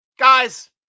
Guys